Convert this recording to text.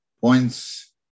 points